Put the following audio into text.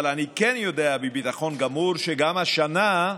אבל אני כן יודע, בביטחון גמור, שגם השנה,